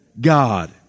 God